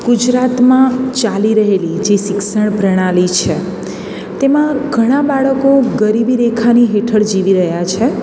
ગુજરાતમાં ચાલી રહેલી જે શિક્ષણ પ્રણાલી છે તેમાં ઘણાં બાળકો ગરીબી રેખાની હેઠળ જીવી રહ્યાં છે